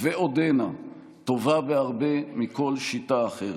ועודנה טובה בהרבה מכל שיטה אחרת.